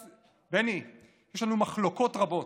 בני, יש לנו מחלוקות רבות,